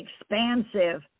expansive